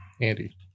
Andy